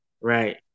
Right